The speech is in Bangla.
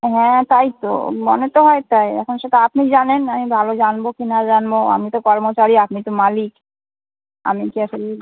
হ্যাঁ তাই তো মনে তো হয় তাই এখন সেটা আপনি জানেন আমি ভালো জানবো কী না জানবো আমি তো কর্মচারী আপনি তো মালিক আমি কী আর সেই